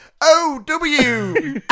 OW